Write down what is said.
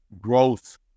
growth